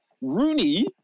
Rooney